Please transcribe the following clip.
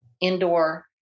indoor